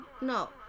No